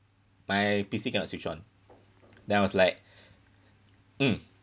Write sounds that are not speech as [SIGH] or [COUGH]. my P_C cannot switch on then I was like [BREATH] mm